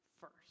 first